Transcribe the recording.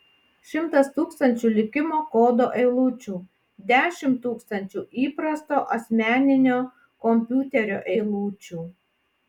šimtas tūkstančių likimo kodo eilučių dešimt tūkstančių įprasto asmeninio kompiuterio eilučių